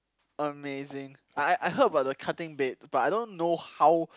amazing I I heard about the cutting beds but I don't know how